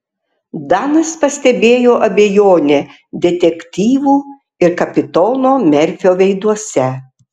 danas pastebėjo abejonę detektyvų ir kapitono merfio veiduose